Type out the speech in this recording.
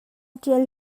ṭial